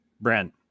Brent